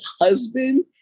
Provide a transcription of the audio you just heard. husband